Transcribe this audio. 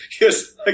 Yes